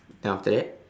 then after that